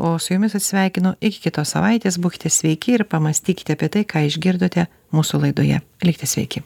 o aš su jumis atsisveikinu iki kitos savaitės būkite sveiki ir pamąstykite apie tai ką išgirdote mūsų laidoje likite sveiki